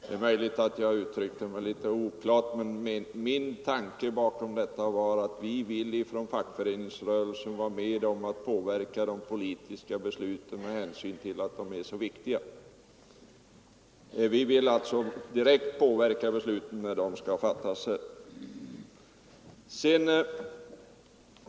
Det är möjligt att jag uttryckte mig litet oklart, men min tanke bakom uttalandet var att vi vill från fackföreningsrörelsen vara med om att påverka de politiska besluten med hänsyn till att de är så viktiga. — oo oo oo Vi vill alltså direkt påverka besluten när de skall fattas här.